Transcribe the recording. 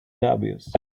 dubious